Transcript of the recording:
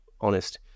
honest